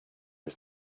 his